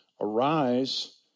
arise